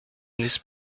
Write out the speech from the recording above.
these